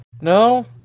No